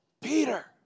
Peter